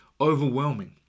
overwhelming